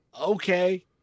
okay